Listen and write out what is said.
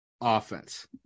offense